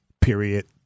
period